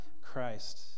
Christ